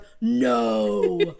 no